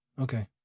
Okay